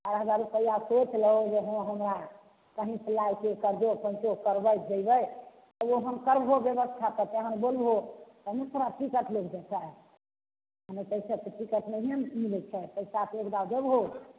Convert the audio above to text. चारि हजार रुपैआ सोचि लहो जे हँ हमरा कही सँ लयके कर्जो पैंचो करबै जैबै तब ओहन करबहो ब्यवस्था तऽ तहन बोलबहो तब ने तोरा टिकट लागि जेतऽ आ नहि तऽ एहिसे तऽ टिकट नहिये ने मिलै छै पैसा तो एक दा देबहो